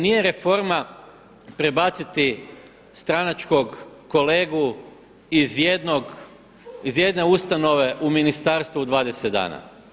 Nije reforma prebaciti stranačkog kolegu iz jedne ustanove u ministarstvo u 20 dana.